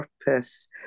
purpose